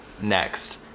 Next